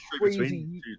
crazy